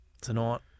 tonight